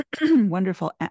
wonderful